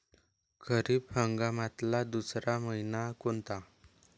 खरीप हंगामातला दुसरा मइना कोनता?